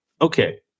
okay